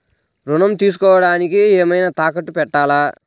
ఋణం తీసుకొనుటానికి ఏమైనా తాకట్టు పెట్టాలా?